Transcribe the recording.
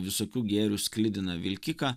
visokių gėrių sklidiną vilkiką